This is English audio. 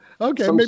Okay